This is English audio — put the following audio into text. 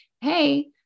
hey